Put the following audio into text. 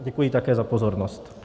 Děkuji také za pozornost.